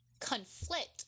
conflict